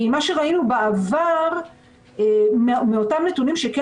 בעבר מאותם נתונים שכן